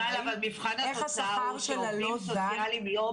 וראינו איך השכר שלה לא זז.